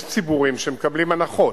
יש ציבורים שמקבלים הנחות.